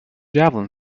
javelin